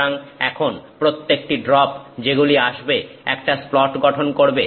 সুতরাং এখন প্রত্যেকটি ড্রপ যেগুলি আসবে একটা স্প্লট গঠন করবে